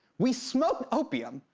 we smoked opium.